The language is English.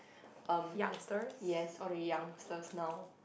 erm yes all the youngsters now